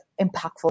impactful